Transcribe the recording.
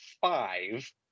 five